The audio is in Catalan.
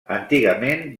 antigament